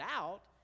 out